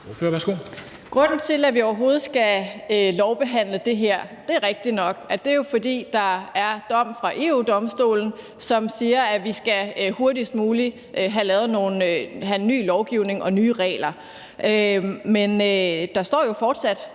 Grunden til, at vi overhovedet skal lovbehandle det her, er rigtignok, at der er en dom fra EU-Domstolen, som siger, at vi hurtigst muligt skal have en ny lovgivning og nye regler. Men der står jo fortsat